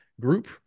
group